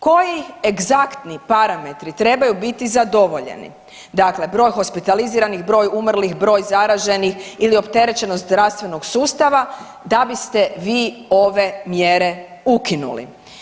Koji egzaktni parametri trebaju biti zadovoljeni, dakle broj hospitaliziranih, broj umrlih, broj zaraženih ili opterećenost zdravstvenog sustava da biste vi ove mjere ukinuli?